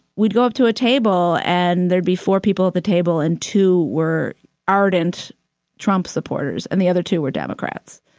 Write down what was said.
we'd go up to a table, and there'd be four people at the table. and two were ardent trump supporters, and the other two were democrats.